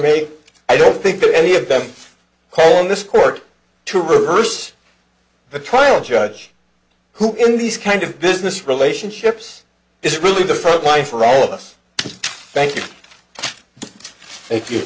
made i don't think any of them calling this court to reverse the trial judge who in these kind of business relationships is really the front line for all of us thank you if you